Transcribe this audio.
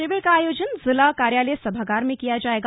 शिविर का आयोजन जिला कार्यालय सभागार में किया जाएगा